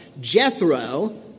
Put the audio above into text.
Jethro